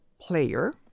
player